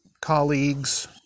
colleagues